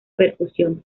percusión